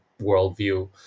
worldview